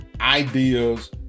ideas